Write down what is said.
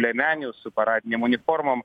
liemenių su paradinėm uniformom